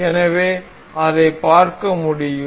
நீங்கள் அதை பார்க்க முடியும்